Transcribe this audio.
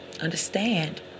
Understand